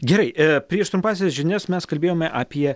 gerai prieš trumpąsias žinias mes kalbėjome apie